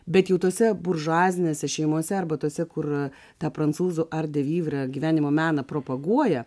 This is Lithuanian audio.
bet jų tose buržuazinėse šeimose arba tose kur ta prancūzų ar devigre gyvenimo meną propaguoja